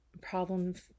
problems